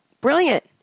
brilliant